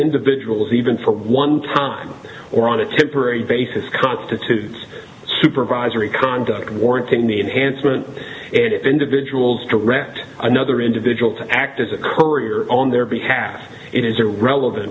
individuals even for one time or on a temporary basis constitutes supervisory conduct warranting the enhancement if individuals direct another individual to act as a courier on their behalf it is irrelevant